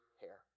hair